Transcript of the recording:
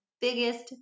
biggest